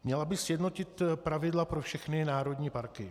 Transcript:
Měla by sjednotit pravidla pro všechny národní parky.